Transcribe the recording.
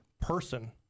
person